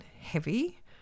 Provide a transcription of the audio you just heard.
heavy